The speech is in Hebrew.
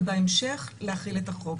ובהמשך להחיל את החוק.